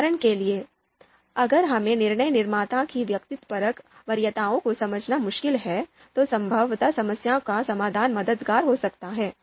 उदाहरण के लिए अगर हमें निर्णय निर्माता की व्यक्तिपरक वरीयताओं को समझना मुश्किल है तो संभवतः समस्या का समाधान मददगार हो सकता है